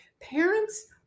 parents